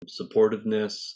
supportiveness